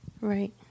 Right